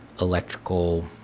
electrical